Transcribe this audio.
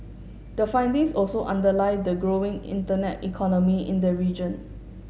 the findings also underlie the growing internet economy in the region